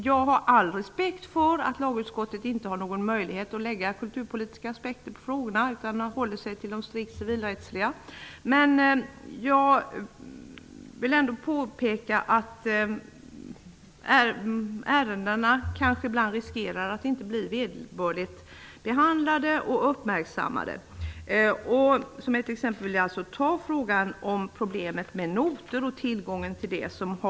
Jag har all respekt för att lagutskottet inte har någon möjlighet att lägga kulturpolitiska aspekter på frågorna utan att man håller sig till det strikt civilrättsliga, men jag vill ändå påpeka att ärendena på så sätt ibland kanske riskerar att inte bli vederbörligt behandlade och uppmärksammade. Jag vill ta problemet med noter och tillgången till noter som ett exempel.